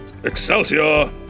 Excelsior